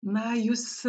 na jūs